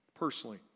Personally